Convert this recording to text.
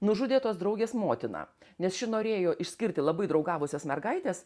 nužudė tos draugės motiną nes ši norėjo išskirti labai draugavusias mergaites